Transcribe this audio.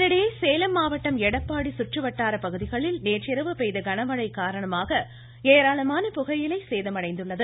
இதனிடையே சேலம் மாவட்டம் எடப்பாடி சுற்றுவட்டார பகுதிகளில் நேற்றிரவு பெய்த கனமழை காரணமாக ஏராளமான புகையிலை சேதமடைந்துள்ளது